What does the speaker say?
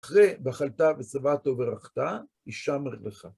אחרי בחלטה וסבתו ורחתה, אישה מרחבכה.